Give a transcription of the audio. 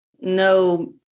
no